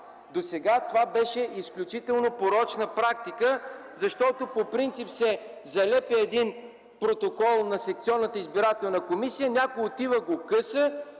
Досега това беше изключително порочна практика, защото по принцип се залепя един протокол на секционната избирателна комисия, някой отива и го къса